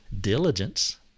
diligence